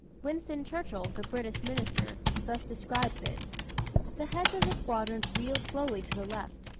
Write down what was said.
winston churchill, the british minister, thus describes it the heads of the squadrons wheeled slowly to the left,